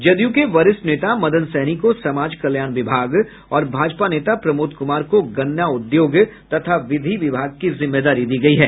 जदयू के वरिष्ठ नेता मदन सहनी को समाज कल्याण विभाग और भाजपा नेता प्रमोद कुमार को गन्ना उद्योग तथा विधि विभाग की जिम्मेदारी दी गयी है